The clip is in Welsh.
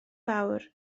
fawr